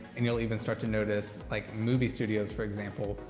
and you'll even start to notice like movie studios, for example,